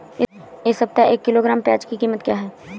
इस सप्ताह एक किलोग्राम प्याज की कीमत क्या है?